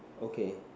okay